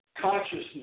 consciousness